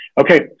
Okay